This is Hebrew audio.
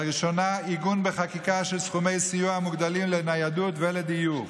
לראשונה עיגון בחקיקה של סכומי סיוע מוגדלים לניידות ולדיור,